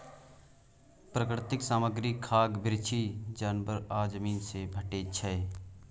प्राकृतिक सामग्री गाछ बिरीछ, जानबर आ जमीन सँ भेटै छै